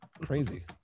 Crazy